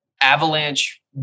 Avalanche